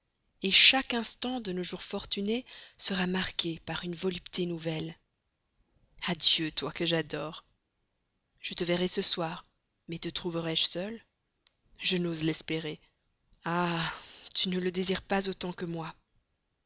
âme chaque instant de nos jours fortunés sera marqué par une volupté nouvelle adieu toi que j'adore je te verrai ce soir mais te trouverai-je seule je n'ose l'espérer ah tu ne le désires pas autant que moi